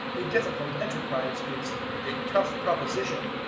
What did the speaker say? a difficult enterprise is a tough proposition,